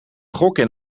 gokken